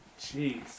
Jeez